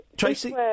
Tracy